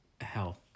health